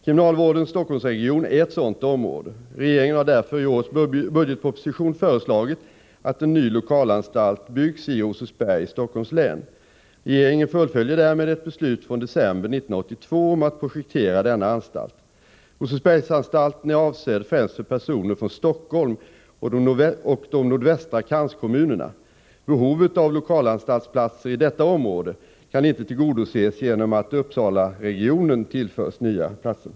Kriminalvårdens Stockholmsregion är ett sådant område. Regeringen har därför i årets budgetproposition föreslagit att en ny lokalanstalt byggs i Rosersberg i Stockholms län. Regeringen fullföljer därmed ett beslut från december 1982 om att projektera denna anstalt. Rosersbergsanstalten är avsedd främst för personer från Stockholm och de nordvästra kranskommunerna. Behovet av lokalanstaltsplatser i detta område kan inte tillgodoses genom att Uppsalaregionen tillförs nya platser.